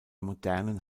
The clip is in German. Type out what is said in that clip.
modernen